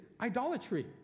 idolatry